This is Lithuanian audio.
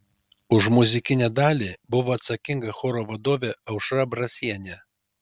už muzikinę dalį buvo atsakinga choro vadovė aušra brasienė